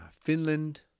Finland